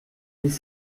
dix